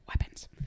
weapons